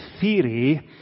theory